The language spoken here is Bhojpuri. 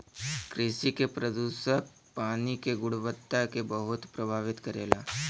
कृषि के प्रदूषक पानी के गुणवत्ता के बहुत प्रभावित करेला